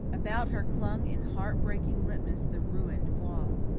about her clung in heart-breaking limpness the ruined voile.